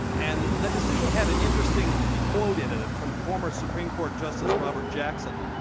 and that decision had an interesting quote in it it from former supreme court justice robert jackson,